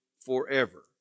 forever